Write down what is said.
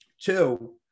two